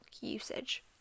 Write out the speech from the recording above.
usage